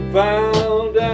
found